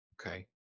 Okay